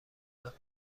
داد